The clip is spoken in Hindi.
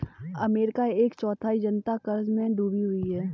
अमेरिका की एक चौथाई जनता क़र्ज़ में डूबी हुई है